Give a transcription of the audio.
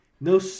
No